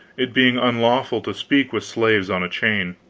it being unlawful to speak with slaves on a chain.